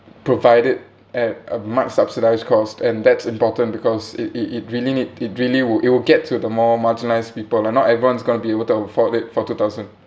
provide it at a much subsidised cost and that's important because it it it really need it really would it would get to the more marginalised people lah not everyone's going to be able to afford it for two thousand